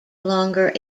longer